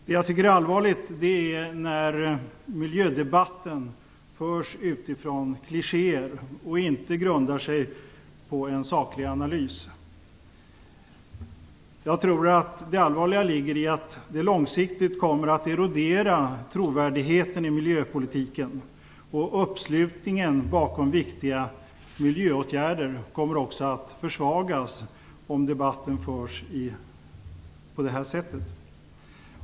Det är allvarligt när miljödebatten förs utifrån klichéer och inte grundar sig på en saklig analys. Långsiktigt kommer detta att erodera trovärdigheten i miljöpolitiken. Uppslutningen bakom viktiga miljöåtgärder kommer att försvagas, om debatten förs på detta sätt.